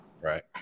Right